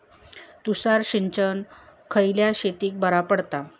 तुषार सिंचन खयल्या शेतीक बरा पडता?